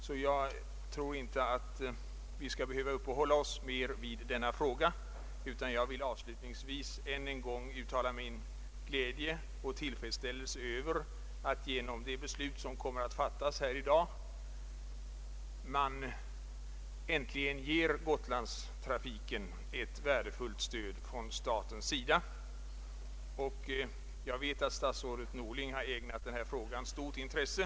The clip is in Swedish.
Vi behöver därför kanske inte uppehålla oss mer vid denna fråga, utan jag kan avslutningsvis än en gång uttala min glädje och tillfredsställelse över att genom det beslut som vi kommer att fatta här i dag Gotlandstrafiken äntligen får ett värdefullt stöd från statens sida. Jag vet att statsrådet Norling ägnat denna fråga stort intresse.